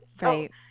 Right